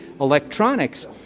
electronics